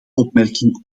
opmerking